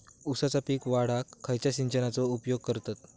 ऊसाचा पीक वाढाक खयच्या सिंचनाचो उपयोग करतत?